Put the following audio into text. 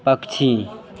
पक्षी